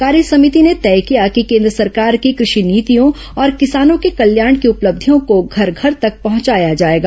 कार्यसमिति ने तय किया कि केन्द्र सरकार की कृषि नीतियों और किसानों के कल्याण की उपलब्धियों को घर घर तक पहंचाया जाएगा